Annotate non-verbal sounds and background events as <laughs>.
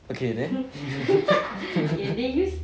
okay then <laughs>